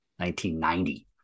1990